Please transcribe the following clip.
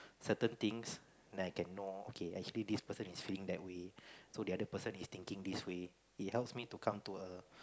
certain things then I can know okay actually this person is feeling that way so the other person is thinking this way it helps me to come to a